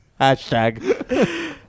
hashtag